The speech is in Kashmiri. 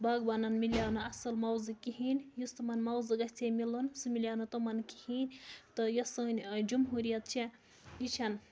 باغبانَن مِلیو نہٕ اَصٕل معاوضہٕ کِہیٖنۍ یُس تِمَن معاوضہٕ گَژھِ ہے مِلُن سُہ مِلیو نہٕ تِمَن کِہیٖنۍ تہٕ یۄس سٲنۍ جمہوٗریَت چھےٚ یہِ چھَنہٕ